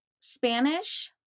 Spanish